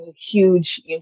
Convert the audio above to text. huge